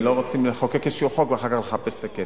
ולא רוצים לחוקק איזה חוק ואחר כך לחפש את הכסף.